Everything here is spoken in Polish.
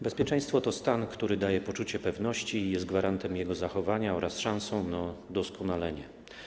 Bezpieczeństwo to stan, który daje poczucie pewności i jest gwarantem jego zachowania oraz szansą na doskonalenie.